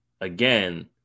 Again